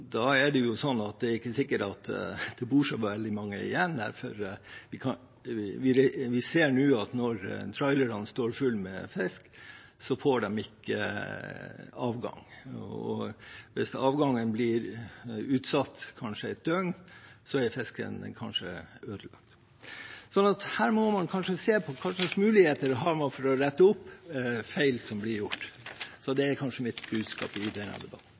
Da er det ikke sikkert at det bor så veldig mange igjen her, for vi ser nå at når trailerne står fulle av fisk, får de ikke avgang, og hvis avgangen blir utsatt kanskje et døgn, er fisken kanskje ødelagt. Så her må man kanskje se på hva slags muligheter man har for å rette opp feil som blir gjort. Det er kanskje mitt budskap i denne debatten.